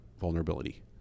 vulnerability